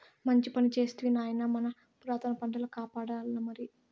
మంచి పని చేస్తివి నాయనా మన పురాతన పంటల కాపాడాల్లమరి